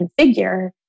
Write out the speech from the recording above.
configure